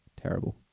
terrible